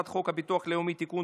הביטוח הלאומי (תיקון,